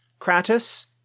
Kratos